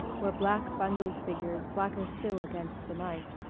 where black bundled figures blacker still against the night,